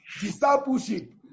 Discipleship